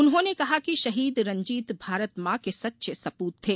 उन्होंने कहा कि शहीद रंजीत भारत मॉ के सच्चे सपूत थे